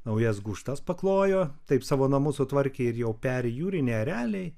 naujas gūžtas paklojo taip savo namus sutvarkė ir jau peri jūriniai ereliai